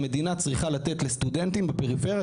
המשרד פועל רבות גם למען סטודנטים באופן רגיל,